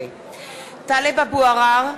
(קוראת בשמות חברי הכנסת) טלב אבו עראר,